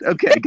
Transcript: Okay